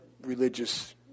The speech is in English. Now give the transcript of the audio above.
religious